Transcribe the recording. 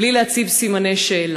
בלי להציב סימני שאלה,